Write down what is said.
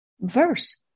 Verse